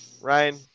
Ryan